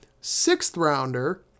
sixth-rounder